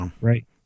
Right